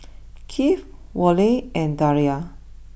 Kieth Worley and Daria